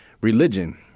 religion